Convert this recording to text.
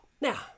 Now